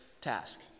task